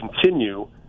continue